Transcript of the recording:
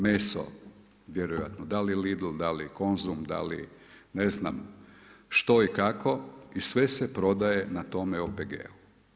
Meso vjerojatno da li Lidl, da li Konzum, da li ne znam što i kako i sve se prodaje na tome OPG-u.